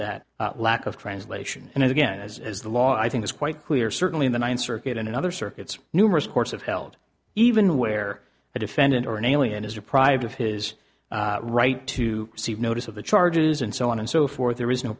that lack of translation and again as the law i think is quite clear certainly in the ninth circuit and in other circuits numerous courts have held even where a defendant or an alien is deprived of his right to cede notice of the charges and so on and so forth there is no